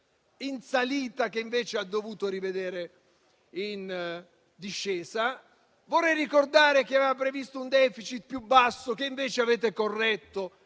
in salita, che invece ha dovuto rivedere in discesa. Vorrei ricordare che aveva previsto un *deficit* più basso, che invece avete corretto